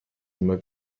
immer